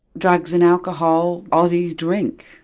drugs and alcohol. aussies drink,